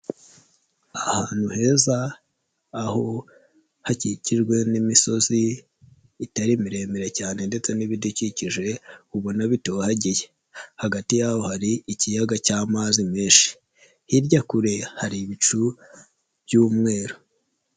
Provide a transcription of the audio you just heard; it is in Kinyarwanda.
Ahantu heza aho hakikijwe n'imisozi itari miremire cyane ndetse n'ibidukikije ubona bitohagiye, hagati y'aho hari ikiyaga cy'amazi menshi, hirya kure hari ibicu by'umweru.